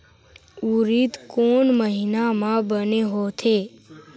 उरीद कोन महीना म बने होथे?